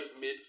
mid